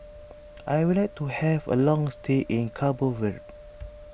I would like to have a long stay in Cabo Verde